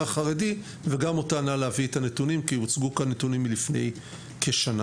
החרדי וגם אותה נא להביא נתונים כי הוצגו כאן נתונים מלפני שנה.